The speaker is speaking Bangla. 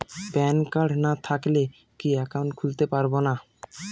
প্যান কার্ড না থাকলে কি একাউন্ট খুলতে পারবো না?